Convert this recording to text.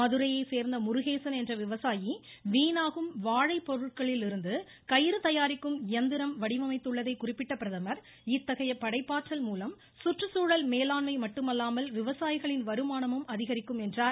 மதுரையைச் சேர்ந்த முருகேசன் என்ற விவசாயி வீணாகும் வாழைப் பொருட்களிலிருந்து கயிறு தயாரிக்கும் இயந்திரம் வடிவமைத்துள்ளதை குறிப்பிட்ட பிரதமர் இத்தகைய படைப்பாற்றல் மூலம் சுற்றுச்சூழல் மேலாண்மை மட்டுமல்லாமல் விவசாயிகளின் வருமானமும் அதிகரிக்கும் என்றார்